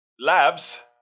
labs